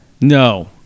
no